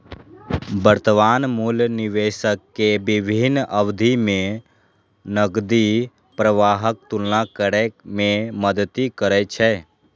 वर्तमान मूल्य निवेशक कें विभिन्न अवधि मे नकदी प्रवाहक तुलना करै मे मदति करै छै